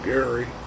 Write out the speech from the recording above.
Gary